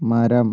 മരം